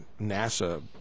NASA